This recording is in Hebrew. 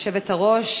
היושבת-ראש,